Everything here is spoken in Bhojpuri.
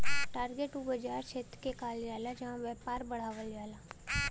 टारगेट उ बाज़ार क्षेत्र के कहल जाला जहां व्यापार बढ़ावल जाला